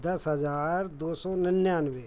दस हज़ार दो सो निन्यानवे